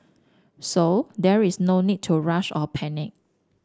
so there is no need to rush or panic